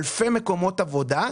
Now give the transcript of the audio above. אלפי מקומות עבודה,